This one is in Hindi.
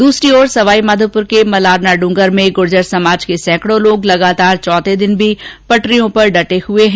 दूसरी ओर सवाईमाधोपूर के मलारनाड़गर में गुर्जर समाज के सैंकडो लोग लगातार चौथे दिन भी पटरियों पर डटे हुए हैं